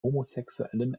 homosexuellen